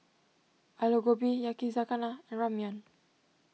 Alu Gobi Yakizakana and Ramyeon